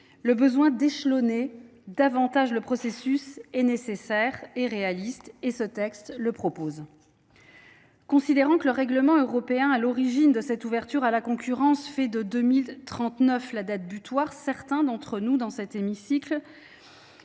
le besoin d’échelonner davantage le processus semble nécessaire et réaliste. Telle est l’ambition de ce texte. Considérant que le règlement européen à l’origine de cette ouverture à la concurrence fait de 2039 la date butoir, certains d’entre nous notent qu’il